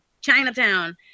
Chinatown